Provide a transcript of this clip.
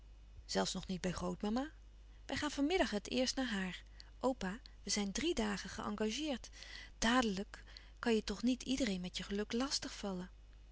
zelfs nog niet bij grootmama wij gaan van middag het eerst naar haar opa we zijn drie dagen geëngageerd dadelijk kan je toch niet iedereen met je geluk lastig vallen